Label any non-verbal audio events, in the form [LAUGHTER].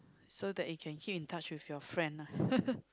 so that it can keep in touch with your friend lah [LAUGHS]